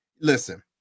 Listen